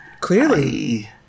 Clearly